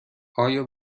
آیا